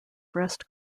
breast